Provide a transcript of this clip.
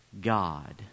God